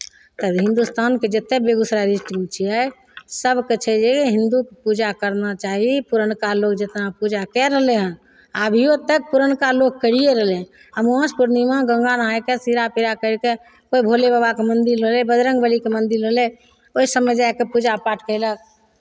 तब हिंदुस्तानके जतेक भी बेगूसराय डिस्ट्रिक्टमे छियै सभके छै जे हिंदूके पूजा करना चाही पुरनका लोक जितना पूजा कए रहलै हन आ अभिओ तक पुरनका लोग करिए रहलै हन अमावस पूर्णिमा गङ्गा नहाय कऽ सिरा पीरा करि कऽ भोले बाबाके मन्दिर होलै बजरङ्गबलीके मन्दिर होलै ओहि सभमे जाइके पूजा पाठ कयलक